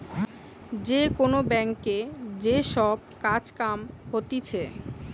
যে কোন ব্যাংকে যে সব কাজ কাম হতিছে